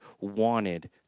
wanted